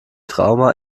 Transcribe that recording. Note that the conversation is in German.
trauma